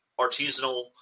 artisanal